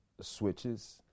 switches